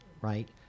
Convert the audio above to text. right